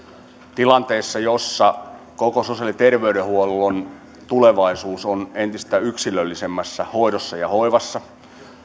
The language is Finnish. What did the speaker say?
tilanteessa jossa koko sosiaali ja terveydenhuollon tulevaisuus on entistä yksilöllisemmässä hoidossa ja hoivassa